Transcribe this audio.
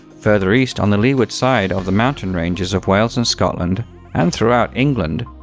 further east, on the leeward side of the mountain ranges of wales and scotland and throughout england,